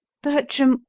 bertram,